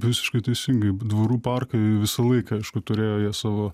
visiškai teisingai dvarų parkai visą laiką aišku turėjo jie savo